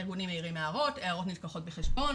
הארגונים מעירים הערות ההערות נלקחות בחשבון,